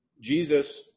Jesus